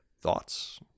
Thoughts